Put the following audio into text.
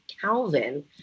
Calvin